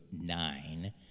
nine